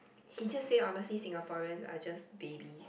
she just say honestly Singaporeans are just babies